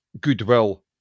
goodwill